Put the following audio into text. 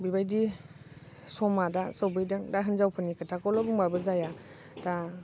बेबादि समा दा सफैदों दा हिनजावफोरनि खोथाखौल' बुंबाबो जाया दा